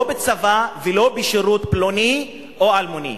לא בצבא ולא בשירות פלוני או אלמוני.